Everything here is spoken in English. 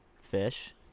fish